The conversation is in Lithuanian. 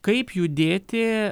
kaip judėti